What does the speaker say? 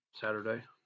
Saturday